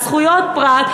בזכויות הפרט,